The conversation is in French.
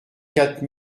quatre